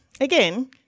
again